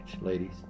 ladies